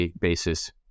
basis